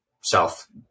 South